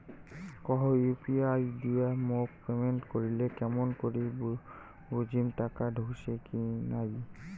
কাহো ইউ.পি.আই দিয়া মোক পেমেন্ট করিলে কেমন করি বুঝিম টাকা ঢুকিসে কি নাই?